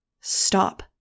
Stop